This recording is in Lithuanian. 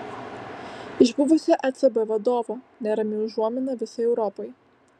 iš buvusio ecb vadovo nerami užuomina visai europai